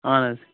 اَہَن حظ